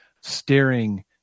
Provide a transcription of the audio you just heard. staring